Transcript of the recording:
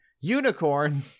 unicorn